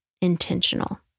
intentional